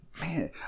Man